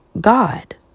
God